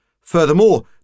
Furthermore